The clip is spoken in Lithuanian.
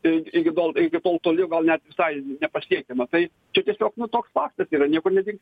i iki tol iki tol toli gal net visai nepasiekiama tai čia tiesiog nu toks faktas yra niekur nedingsi